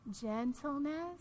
Gentleness